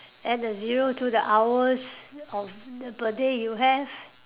add a zero to the hours of the per day you have